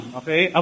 okay